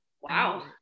Wow